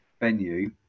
venue